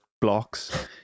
blocks